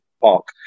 park